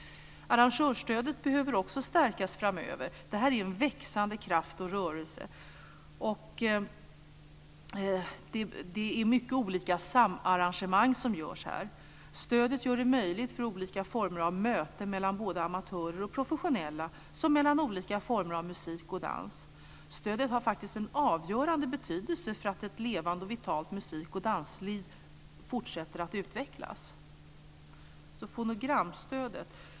Arrangörsstödet behöver också stärkas framöver. Det här är en växande kraft och rörelse. Det är många olika samarrangemang som görs. Stödet gör det möjligt för olika former av möte mellan både amatörer och professionella och mellan olika former av musik och dans. Stödet har faktiskt en avgörande betydelse för att ett levande och vitalt musik och dansliv ska kunna fortsätta att utvecklas. Sedan ska jag gå över till fonogramstödet.